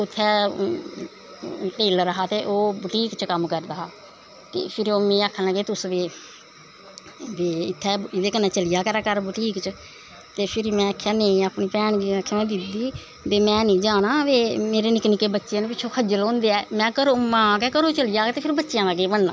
उत्थें टेल्लर हा ते ओह् बूटीक च कम्म करदा हा ते फिर ओह् मिगी आखन लगे तुस बी इत्थें चली जा कर बूटीक च फिर में आकेआ महां नेंई में अपनी भैन गी आखेआ दीदी ते में नी जाना मेरे निक्के निक्के बच्चे ऐं पिच्छों खज्जल होंदे में गै घरों चली जांह्ग ते बच्चेंआ दा केह् बननां